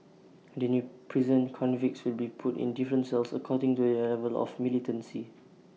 in the new prison convicts will be put in different cells according to their level of militancy